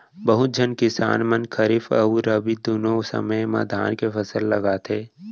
बहुत झन किसान मन खरीफ अउ रबी दुनों समे म धान के फसल लगाथें